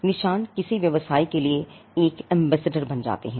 निशान किसी व्यवसाय के लिए एक ambassador बन जाते हैं